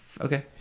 Okay